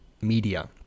media